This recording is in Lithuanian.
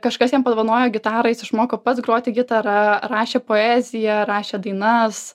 kažkas jam padovanojo gitarą jis išmoko pats groti gitara rašė poeziją rašė dainas